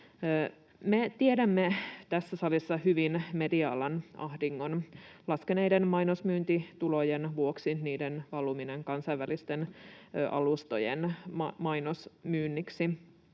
Me tiedämme tässä salissa hyvin media-alan ahdingon: laskeneet mainosmyyntitulot ja niiden valumisen kansainvälisten alustojen mainosmyynniksi.